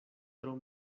tro